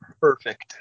perfect